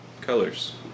colors